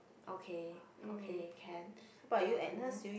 okay okay can then